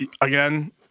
again